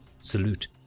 salute